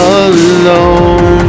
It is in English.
alone